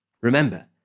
Remember